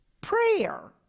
prayer